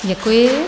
Děkuji.